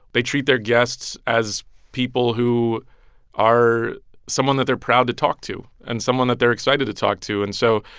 they treat their guests as people who are someone that they're proud to talk to and someone that they're excited to talk to and so,